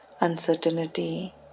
uncertainty